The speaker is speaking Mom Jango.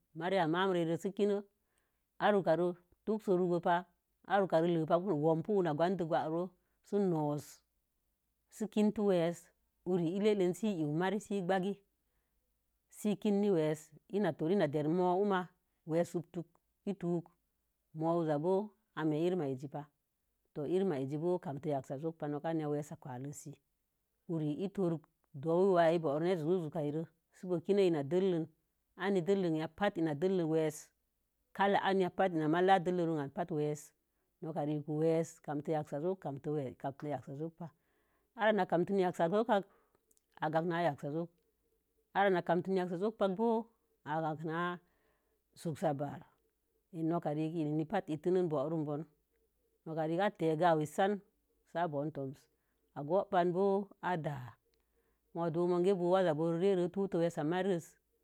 Marriya ma'am rerin si kinyin awukare tukusorugopa. awukare lekə wunkəwuna gondo kwaroo si nosi. sə kintu weesə. uwuilee siwu'u marri siê gwage siyikin weesə in toriyina dəre uma'a weesə ketin mo̱o̱ wuzabo̱o̱ ame ire a'azipa torema'azi bo̱o̱ kantə kin weesə uzuri i torekə dowii wa reni net zurzukare. sibo̱o̱ kiwu i n dəllək an dəllək anyai patə lna dellək weesə, kala'a nanyama weesə. Ina maizi laha dəllək ro'an patə weesə si noka rekə weesə si kamtə yaksa jokə kamto yaksa joki. are si na kantə yaksa joki kə a'akan nan yaksa joki-ara kantə ya sa joki ba'a boo agan na sunsa ba'ar in nok kerik ba'a intini. Bo̱o̱run boowun nok kare a'atə wesa'an sia apun tosi agon banbo̱o̱ ada'a. ma'amookə a wasabooziboo weesə marriz.